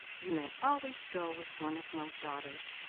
you may always go with one of my daughters.